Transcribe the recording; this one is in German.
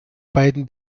beiden